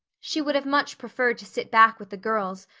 she would have much preferred to sit back with the girls,